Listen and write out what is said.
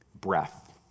breath